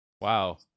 Wow